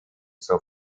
zur